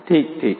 ઠીક ઠીક